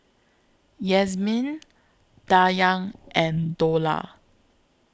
Yasmin Dayang and Dollah